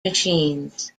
machines